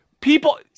People